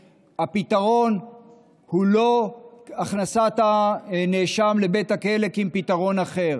הפתרון הוא לא הכנסת הנאשם לבית הכלא כי אם פתרון אחר.